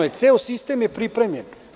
Ceo sistem je pripremljen.